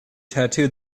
tattoo